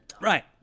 Right